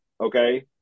okay